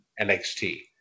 NXT